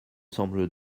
semble